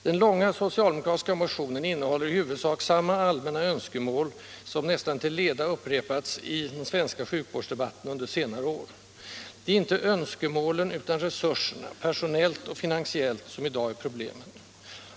Den långa socialdemokratiska motionen innehåller i huvudsak samma allmänna önskemål som nästan intill leda upprepats i den svenska sjukvårdsdebatten under senare år. Det är inte önskemålen utan resurserna, personellt och finansiellt, som i dag är problemet.